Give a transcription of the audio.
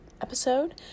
episode